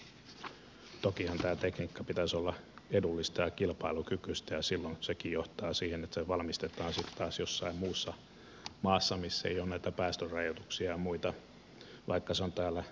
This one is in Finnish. tokihan tämän tekniikan pitäisi olla edullista ja kilpailukykyistä ja silloin sekin johtaa siihen että se valmistetaan sitten taas jossain muussa maassa missä ei ole näitä päästörajoituksia ja muita vaikka se on täällä kehitetty